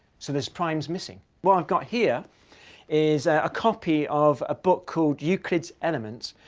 so there's primes missing. what i've got here is ah a copy of a book called euclid's elements.